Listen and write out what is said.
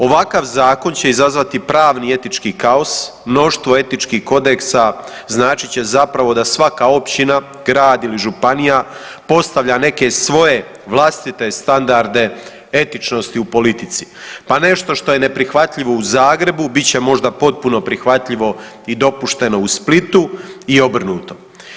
Ovakav zakon će izazvati pravni i etički kaos, mnoštvo etičkih kodeksa značit će zapravo da svaka općina, grad ili županija postavlja neke svoje vlastite standarde etičnosti u politici, pa nešto što je neprihvatljivo u Zagrebu bit će možda potpuno prihvatljivo i dopušteno u Splitu i obrnuto.